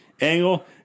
Angle